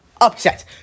upset